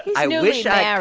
i wish i ah